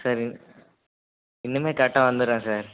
sir இன் இனிமே கரெக்டாக வந்துடுறேன் சார்